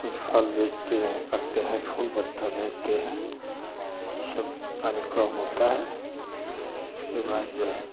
कुछ फल बेचते हैं करते हैं फूल पत्ता बेचते हैं इसब कार्यक्रम होता है इसके बाद जो है